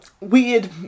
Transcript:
weird